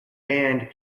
band